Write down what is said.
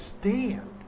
stand